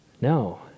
No